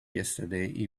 yesterday